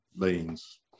beans